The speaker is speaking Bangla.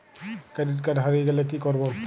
ক্রেডিট কার্ড হারিয়ে গেলে কি করব?